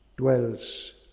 dwells